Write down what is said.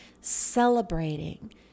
celebrating